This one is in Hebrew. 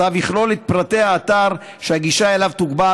הצו יכלול את פרטי האתר שהגישה אליו תוגבל,